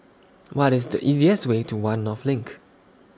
What IS The easiest Way to one North LINK